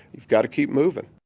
you've gotta keep moving.